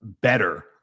better